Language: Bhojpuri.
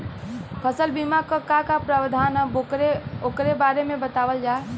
फसल बीमा क का प्रावधान हैं वोकरे बारे में बतावल जा?